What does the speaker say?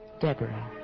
Deborah